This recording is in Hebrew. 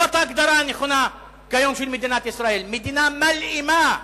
זו ההגדרה הנכונה כיום של מדינת ישראל: מדינה מלאימה.